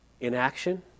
Inaction